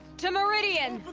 to meridian.